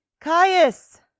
Caius